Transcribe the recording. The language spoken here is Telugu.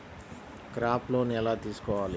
క్రాప్ లోన్ ఎలా తీసుకోవాలి?